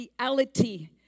reality